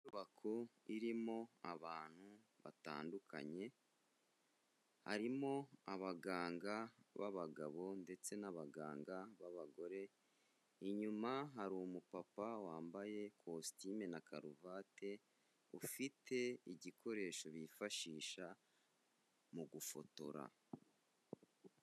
Inyubako irimo abantu batandukanye, harimo abaganga b'abagabo ndetse n'abaganga b'abagore, inyuma hari umupapa wambaye kositimu na karuvati, ufite igikoresho bifashisha mu gufotora.